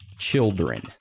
Children